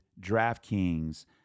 DraftKings